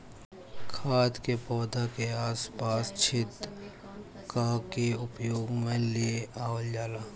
खाद के पौधा के आस पास छेद क के उपयोग में ले आवल जाला